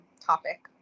topic